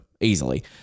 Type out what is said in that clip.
easily